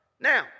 Now